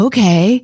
Okay